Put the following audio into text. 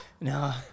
no